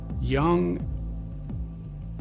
young